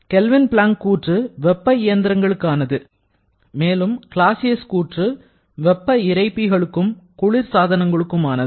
kelvin Planck கூற்று வெப்ப இயந்திரங்களுக்கானது மற்றும் கிளாசியஸ் கூற்று வெப்ப இறைப்பிகளுக்கும் குளிர்சாதனங்களுக்குமானது